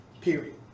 period